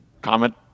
comment